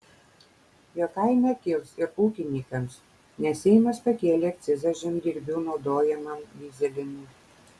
jo kaina kils ir ūkininkams nes seimas pakėlė akcizą žemdirbių naudojamam dyzelinui